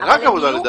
לדעתי רק עבודה.